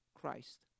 Christ